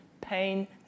pain